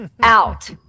Out